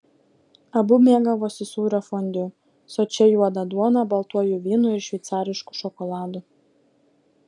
abu mėgavosi sūrio fondiu sočia juoda duona baltuoju vynu ir šveicarišku šokoladu